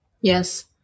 Yes